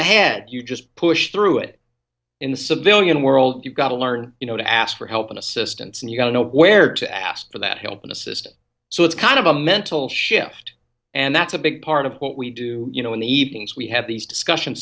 ahead you just push through it in the civilian world you've got to learn you know to ask for help and assistance and you don't know where to ask for that help in the system so it's kind of a mental shift and that's a big part of what we do you know in the evenings we have these discussions